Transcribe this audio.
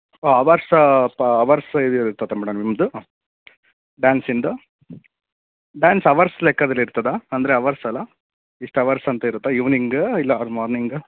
ಓಹ್ hours ಪ hours ಇದು ಇರುತ್ತಾ ಮೇಡಮ್ ನಿಮ್ಮದು ಡ್ಯಾನ್ಸಿಂದು ಡ್ಯಾನ್ಸ್ ಅವರ್ಸ್ ಲೆಕ್ಕದಲ್ಲಿ ಇರ್ತದ್ಯಾ ಅಂದರೆ ಅವರ್ಸಲ್ವಾ ಇಷ್ಟು ಅವರ್ಸ್ ಅಂತ ಇರುತ್ತಾ ಈವ್ನಿಂಗು ಇಲ್ಲ ಆರ್ ಮಾರ್ನಿಂಗು